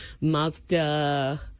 Mazda